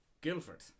Guildford